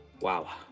Wow